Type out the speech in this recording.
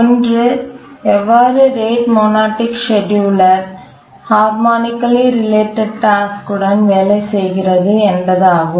ஒன்று எவ்வாறு rate monotonic scheduler harmonically related task உடன் வேலை செய்கிறது என்பதாகும்